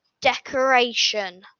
decoration